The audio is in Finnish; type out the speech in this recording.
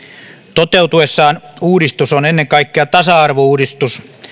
toteutuessaan uudistus on ennen kaikkea tasa arvouudistus